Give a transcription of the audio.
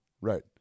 Right